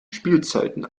spielzeiten